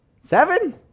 Seven